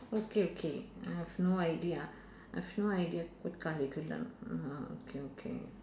okay okay I've no idea I've no idea what curriculum mm okay okay